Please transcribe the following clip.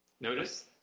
Notice